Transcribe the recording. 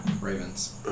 Ravens